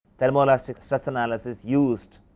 thermo elastic stress analysis used,